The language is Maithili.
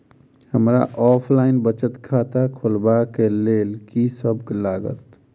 हमरा ऑफलाइन बचत खाता खोलाबै केँ लेल की सब लागत?